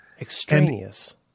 extraneous